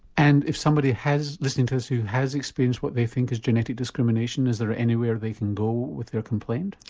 and if somebody is listening to us who has experienced what they think is genetic discrimination, is there anywhere they can go with their complaint?